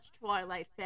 Twilight